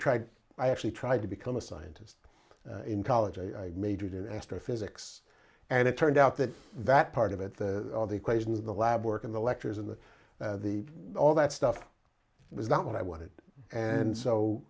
tried i actually tried to become a scientist in college i majored in astrophysics and it turned out that that part of it all the equations the lab work in the lectures and the the all that stuff was not what i wanted and so